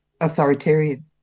authoritarian